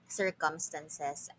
circumstances